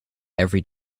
every